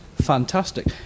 Fantastic